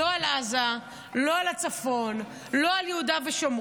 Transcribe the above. לא על עזה, לא על הצפון, לא על יהודה ושומרון.